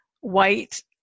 white